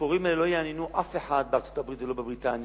הסיפורים האלה לא יעניינו אף אחד בארצות-הברית ולא בבריטניה,